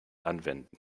anwenden